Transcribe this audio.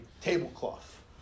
tablecloth